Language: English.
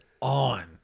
on